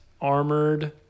Armored